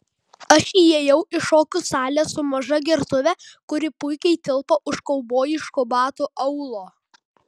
aš įėjau į šokių salę su maža gertuve kuri puikiai tilpo už kaubojiškų batų aulo